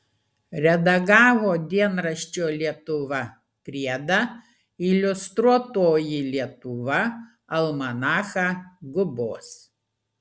redagavo dienraščio lietuva priedą iliustruotoji lietuva almanachą gubos